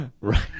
Right